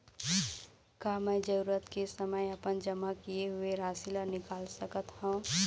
का मैं जरूरत के समय अपन जमा किए हुए राशि ला निकाल सकत हव?